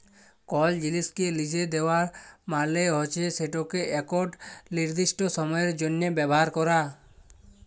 call জিলিসকে লিসে দেওয়া মালে হচ্যে সেটকে একট লিরদিস্ট সময়ের জ্যনহ ব্যাভার ক্যরা